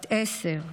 בת עשר,